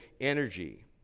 energy